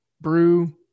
Brew